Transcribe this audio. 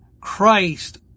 Christ